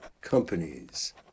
companies